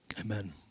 Amen